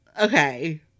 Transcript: okay